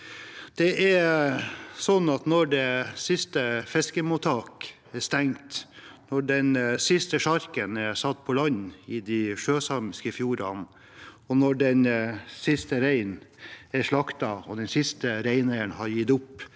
stadig mindre. Når det siste fiskemottaket er stengt, når den siste sjarken er satt på land i de sjøsamiske fjordene, når den siste reinen er slaktet og den siste reineieren har gitt opp